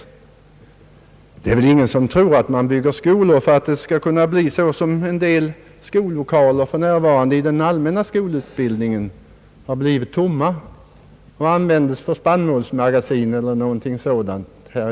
Ingen tror väl att man bygger skolor för att de skall stå tomma, så som det har blivit i fråga om allmänna skolor som på grund av avfolkning nedlagts och byggnaderna används som spannmålsmagasin eller någonting annat.